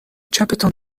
چپتان